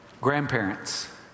Grandparents